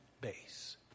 base